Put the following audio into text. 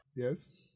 Yes